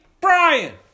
Brian